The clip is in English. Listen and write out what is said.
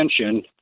attention